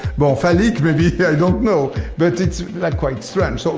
more phallic maybe, i don't know, but it's quite strange. so